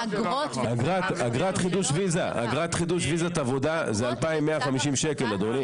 אגרת חידוש ויזת עבודה זה 2,150 שקל, אדוני.